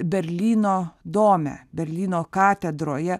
berlyno dome berlyno katedroje